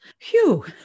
Phew